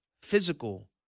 physical